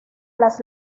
las